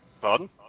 Pardon